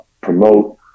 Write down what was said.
promote